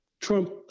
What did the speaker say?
Trump